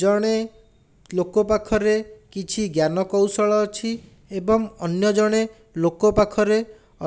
ଜଣେ ଲୋକ ପାଖରେ କିଛି ଜ୍ଞାନକୌଶଳ ଅଛି ଏବଂ ଅନ୍ୟ ଜଣେ ଲୋକ ପାଖରେ